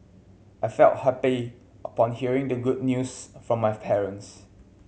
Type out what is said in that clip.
I felt happy upon hearing the good news from my parents